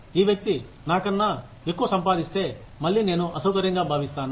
ఈ వ్యక్తి నాకన్నా ఎక్కువ సంపాదిస్తే మళ్లీ నేను అసౌకర్యంగా భావిస్తాను